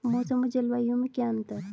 मौसम और जलवायु में क्या अंतर?